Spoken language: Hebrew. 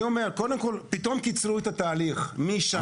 אני אומר שפתאום קיצרו את התהליך משנה.